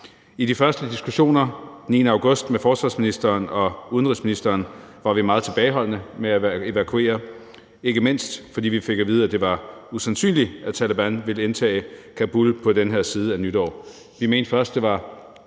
I de første diskussioner den 9. august med forsvarsministeren og udenrigsministeren var vi meget tilbageholdende i forhold til at evakuere – ikke mindst fordi vi fik at vide, at det var usandsynligt, at Taleban ville indtage Kabul på den her side af nytår. Vi mente først, at det var